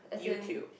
YouTube